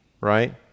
right